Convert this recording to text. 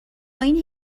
این